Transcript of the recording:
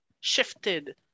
shifted